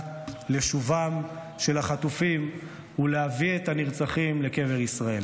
לשובם של החטופים ולהביא את הנרצחים לקבר ישראל,